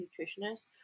nutritionist